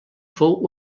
fou